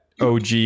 OG